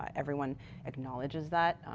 everyone acknowledges that.